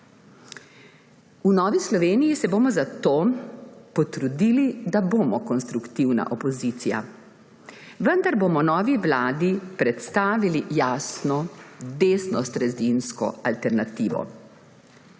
V Novi Sloveniji se bomo zato potrudili, da bomo konstruktivna opozicija. Vendar bomo novi vladi predstavili jasno desnosredinsko alternativo.